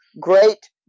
great